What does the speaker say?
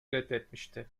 reddetmişti